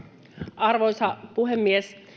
arvoisa puhemies